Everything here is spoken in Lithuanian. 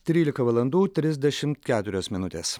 trylika valandų trisdešimt keturios minutės